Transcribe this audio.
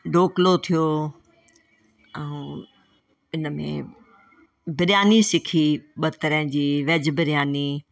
ढोकलो थियो ऐं इनमें बिरयानी सिखी ॿ तरह जी वैज बिरयानी